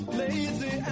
lazy